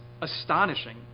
astonishing